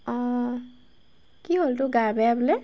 অঁ কি হ'ল তোৰ গা বেয়া বোলে